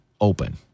open